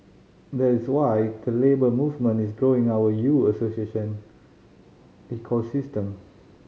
that is why the Labour Movement is growing our U Association ecosystem